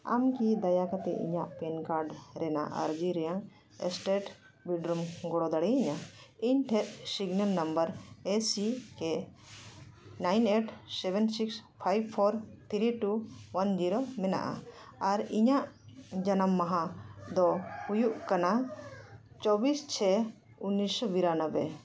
ᱟᱢ ᱠᱤ ᱫᱟᱭᱟ ᱠᱟᱛᱮᱫ ᱤᱧᱟᱹᱜ ᱯᱮᱱ ᱠᱟᱨᱰ ᱨᱮᱭᱟᱜ ᱟᱨᱡᱤ ᱨᱮᱱᱟᱜ ᱥᱴᱮᱴ ᱩᱭᱤᱛᱷᱰᱨᱚᱢ ᱜᱚᱲᱚ ᱫᱟᱲᱮᱭᱤᱧᱟ ᱤᱧ ᱴᱷᱮᱡ ᱥᱤᱜᱤᱞᱟᱱ number A C K nine eight seven six five four three two one zero ᱢᱮᱱᱟᱜᱼᱟ ᱟᱨ ᱤᱧᱟᱹᱜ ᱡᱟᱱᱟᱢ ᱢᱟᱦᱟ ᱫᱚ ᱦᱩᱭᱩᱜ ᱠᱟᱱᱟ ᱪᱚᱵᱽᱵᱤᱥ ᱪᱷᱚᱭ ᱩᱱᱤᱥᱥᱚ ᱵᱤᱨᱟ ᱱᱚᱵᱽᱵᱳᱭ